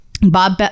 Bob